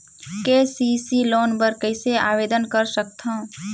KCC loan बर कइसे आवेदन कर सकथव?